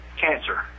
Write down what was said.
cancer